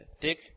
take